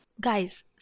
guys